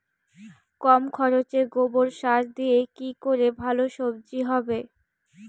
কম খরচে গোবর সার দিয়ে কি করে ভালো সবজি হবে?